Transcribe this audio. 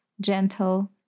gentle